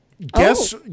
Guess